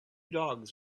dogs